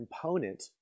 component